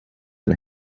and